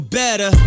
better